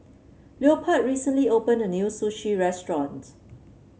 Leopold recently opened a new Sushi Restaurant